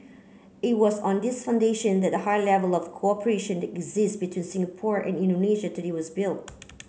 it was on this foundation that the high level of cooperation exists between Singapore and Indonesia today was built